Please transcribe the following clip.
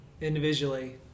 individually